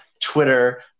Twitter